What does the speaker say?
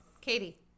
Katie